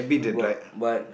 work but